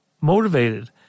motivated